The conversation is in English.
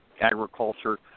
agriculture